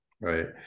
right